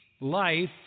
life